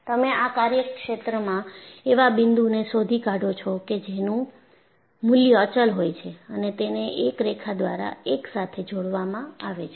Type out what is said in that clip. તમે આ કાર્યક્ષેત્રમાં એવા બિંદુને શોધી કાઢો છો કે જેનું મૂલ્ય અચલ હોય છે અને તેને એક રેખા દ્વારા એકસાથે જોડવામાં આવે છે